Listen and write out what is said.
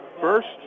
first